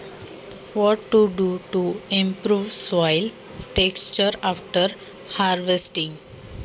पीक काढल्यावर मातीचा पोत सुधारण्यासाठी काय करावे?